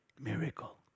Miracle